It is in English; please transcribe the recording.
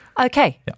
Okay